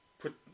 put